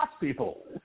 people